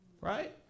Right